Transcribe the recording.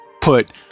put